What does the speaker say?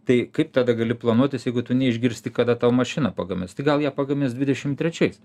tai kaip tada gali planuotis jeigu tu neišgirsti kada tau mašiną pagamins tai gal ją pagamins dvidešim trečiais